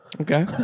okay